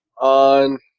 on